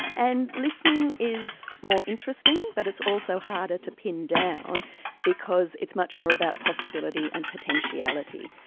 and listening is more interesting but it's also harder to pin down because it's much more about possibility and potentiality.